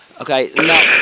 Okay